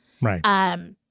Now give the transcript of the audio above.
Right